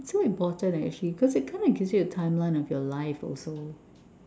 so important eh actually because it kinda gives you a timeline of your life also